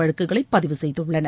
வழக்குகளை பதிவு செய்துள்ளனர்